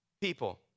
people